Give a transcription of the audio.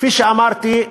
כפי שאמרתי,